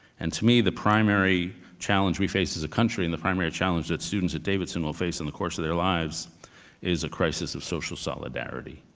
and to me, the primary challenge we face as a country and the primary challenge that students at davidson will face in the course of their lives is a crisis of social solidarity,